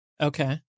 Okay